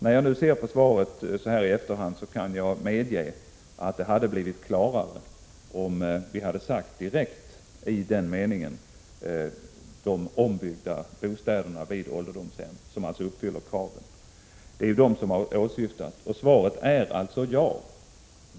När jag nu ser på svaret så här i efterhand, kan jag medge att det hade blivit klarare om vi i den meningen direkt hade sagt ”de ombyggda bostäder vid ålderdomshem” som uppfyller kraven. Det är de som åsyftas, och svaret på frågan är alltså ja.